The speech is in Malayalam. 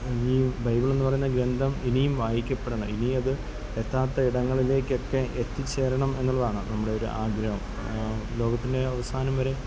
ഈ ബൈബിളെന്ന് പറയുന്ന ഗ്രന്ഥം ഇനിയും വായിക്കപ്പെടണം ഇനിയത് എത്താത്ത ഇടങ്ങളിലേക്കൊക്കെ എത്തിച്ചേരണം എന്നുളളതാണ് നമ്മുടെ ഒരു ആഗ്രഹം ലോകത്തിൻ്റെ അവസാനം വരെ